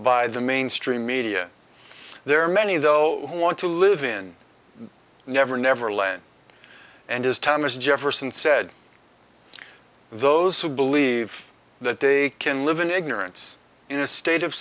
by the mainstream media there are many though who want to live in never never land and is thomas jefferson said those who believe that they can live in ignorance in a state of